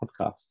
podcast